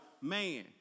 man